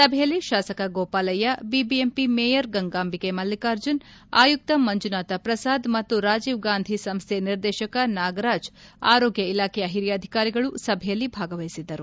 ಸಭೆಯಲ್ಲಿ ಶಾಸಕ Gopalaiah GBMP mayor Gangambike Mallikarjun ಆಯುಕ್ತ ಮಂಜುನಾಥ ಪ್ರಸಾದ್ ಮತ್ತು ರಾಜೀವ್ ಗಾಂಧಿ ಸಂಸ್ವೆ ನಿರ್ದೇಶಕ ನಾಗರಾಜ್ ಆರೋಗ್ವ ಇಲಾಖೆಯ ಹಿರಿಯ ಅಧಿಕಾರಿಗಳು ಸಭೆಯಲ್ಲಿ ಭಾಗವಹಿಸಿದ್ದರು